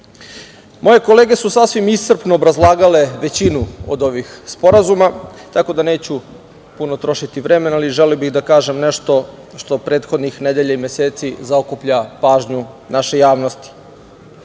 kolege su sasvim iscrpno obrazlagale većinu od ovih sporazuma, tako da neću puno trošiti vremena, ali želeo bih da kažem nešto što prethodnih nedelja i meseci zaokuplja pažnju naše javnosti. Naime,